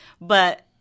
But-